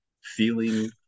feeling